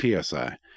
PSI